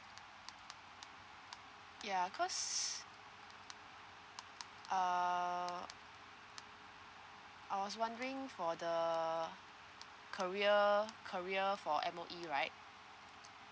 ya cause uh I was wondering for the career career for M_O_E right